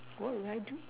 what will I do